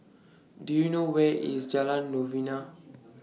Do YOU know Where IS Jalan Novena